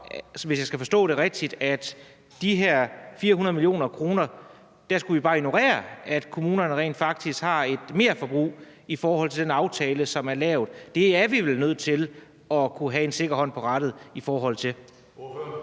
hvis jeg forstår det rigtigt, at vi bare skulle ignorere, at kommunerne rent faktisk har et merforbrug på 400 mio. kr. i forhold til den aftale, som er lavet? Det er vi vel nødt til at kunne have en sikker hånd på rattet i forhold til.